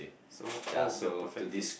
so what what would be your perfect date